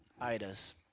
idas